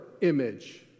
image